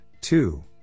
two